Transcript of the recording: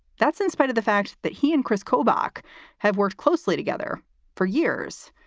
that's in spite of the fact that he and kris kobach have worked closely together for years,